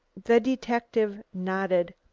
the detective nodded.